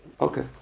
Okay